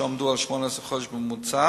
שעמדו על 18 חודשים בממוצע.